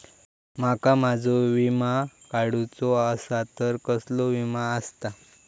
माका माझो विमा काडुचो असा तर कसलो विमा आस्ता?